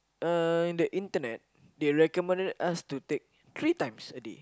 uh in the internet they recommended us to take three times a day